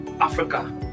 Africa